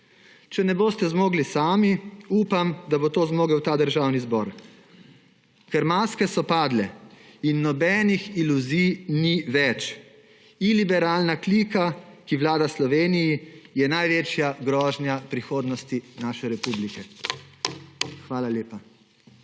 Če ne boste zmogli sami, upam, da bo to zmogel Državni zbor, ker maske so padle in nobenih iluzij ni več. Iliberalna klika, ki vlada Sloveniji, je največja grožnja prihodnosti naše republike. Hvala lepa.